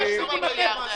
לא התקבלה.